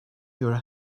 your